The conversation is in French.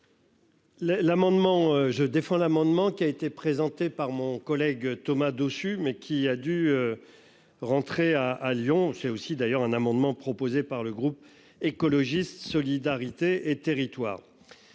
je défends l'amendement qui a été présentée par mon collègue Thomas Dossus mais qui a dû. Rentrer à, à Lyon, c'est aussi d'ailleurs un amendement proposé par le groupe écologiste solidarité et territoires.